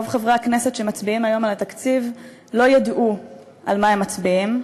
רוב חברי הכנסת שמצביעים היום על התקציב לא ידעו על מה הם מצביעים,